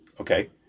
okay